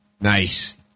Nice